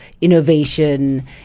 innovation